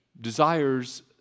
desires